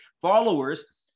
followers